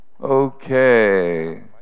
Okay